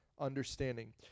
understanding